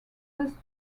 passed